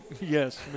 Yes